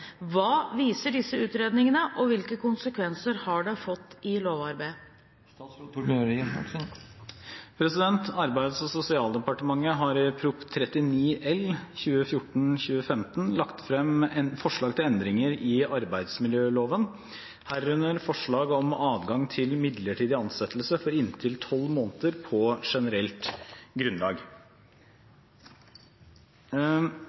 Hva viser disse utredningene, og hvilke konsekvenser har de fått i lovarbeidet?» Arbeids- og sosialdepartementet har i Prop. 39 L for 2014–2015 lagt frem forslag til endringer i arbeidsmiljøloven, herunder forslag om adgang til midlertidig ansettelse på inntil tolv måneder på generelt grunnlag.